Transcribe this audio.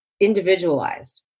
individualized